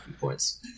points